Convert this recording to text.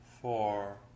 four